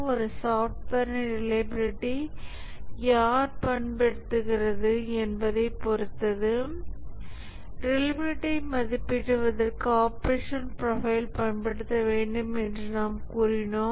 ஒரு சாஃப்ட்வேரின் ரிலையபிலிட்டி யார் பயன்படுத்துகிறது என்பதைப் பொறுத்தது ரிலையபிலிடாடியை மதிப்பிடுவதற்கு ஆபரேஷனல் ப்ரொஃபைல் பயன்படுத்த வேண்டும் என்று நாம் கூறினோம்